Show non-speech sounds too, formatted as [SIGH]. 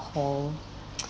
call [NOISE]